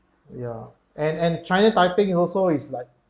yeah and and china taiping also is like